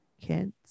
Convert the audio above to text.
kids